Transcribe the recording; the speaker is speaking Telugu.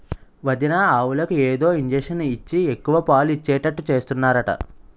వదినా ఆవులకు ఏదో ఇంజషను ఇచ్చి ఎక్కువ పాలు ఇచ్చేటట్టు చేస్తున్నారట